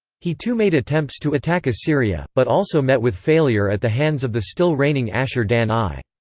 he too made attempts to attack assyria, but also met with failure at the hands of the still reigning ashur-dan i.